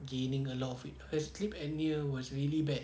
gaining a lot of weight her sleep apnea was really bad